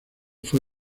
fue